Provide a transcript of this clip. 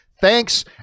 Thanks